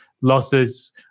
losses